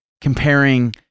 comparing